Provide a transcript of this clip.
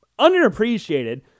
underappreciated